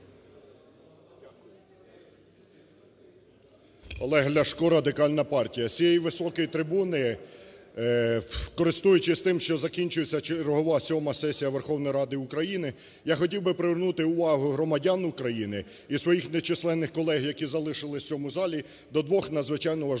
Олег Ляшко, Радикальна партія. З цієї високої трибуни, користуючись тим, що закінчується чергове сьома сесія Верховної Ради України, я хотів би привернути увагу громадян України і своїх нечисленних колег, які залишилися в цьому залі, до двох надзвичайно важливих